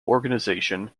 organisation